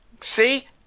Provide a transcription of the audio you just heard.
See